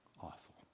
Awful